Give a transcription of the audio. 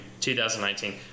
2019